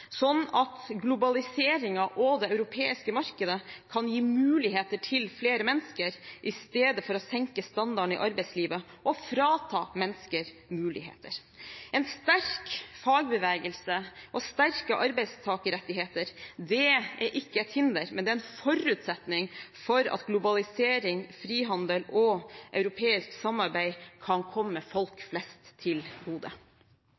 sånn at globaliseringen og det europeiske markedet kan gi muligheter til flere mennesker i stedet for å senke standarden i arbeidslivet og frata mennesker muligheter. En sterk fagbevegelse og sterke arbeidstakerrettigheter er ikke et hinder, men en forutsetning for at globalisering, frihandel og europeisk samarbeid kan komme folk flest til gode.